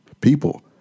People